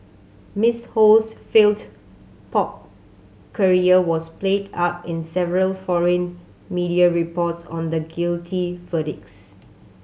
Miss Ho's failed pop career was played up in several foreign media reports on the guilty verdicts